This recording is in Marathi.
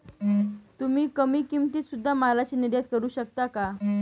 तुम्ही कमी किमतीत सुध्दा मालाची निर्यात करू शकता का